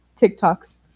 tiktoks